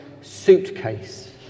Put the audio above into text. suitcase